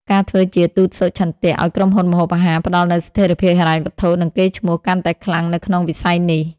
ការធ្វើជាទូតសុឆន្ទៈ ឱ្យក្រុមហ៊ុនម្ហូបអាហារ ផ្តល់នូវស្ថិរភាពហិរញ្ញវត្ថុ និងកេរ្តិ៍ឈ្មោះកាន់តែខ្លាំងនៅក្នុងវិស័យនេះ។